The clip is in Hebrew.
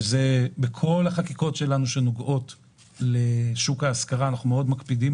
שזה דבר שבכל החקיקות שנוגעות לשוק ההשכרה אנחנו מקפידים,